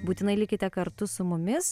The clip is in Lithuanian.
būtinai likite kartu su mumis